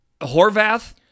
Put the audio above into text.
Horvath